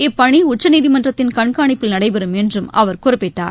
இப்பணி உச்சநீதிமன்றத்தின் கண்காணிப்பில் நடைபெறும் என்றும் அவர் குறிப்பிட்டார்